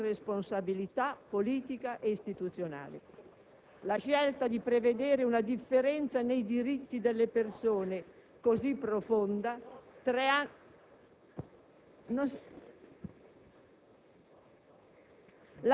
segno di una grave irresponsabilità politica e istituzionale. La scelta di prevedere una differenza nei diritti delle persone così profonda,